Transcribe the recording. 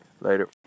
Later